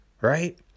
Right